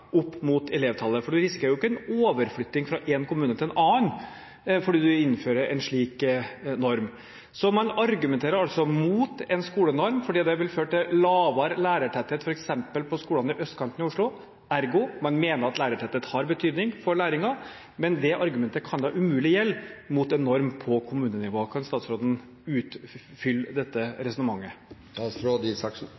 elevtallet. For en risikerer jo ikke en overflytting fra én kommune til en annen fordi man innfører en slik norm. Man argumenterer altså mot en skolenorm fordi det vil føre til lavere lærertetthet, f.eks. på skolene på østkanten i Oslo. Ergo mener man at lærertetthet har en betydning for læringen, men det argumentet kan da umulig gjelde mot en norm på kommunenivå. Kan statsråden utfylle dette resonnementet?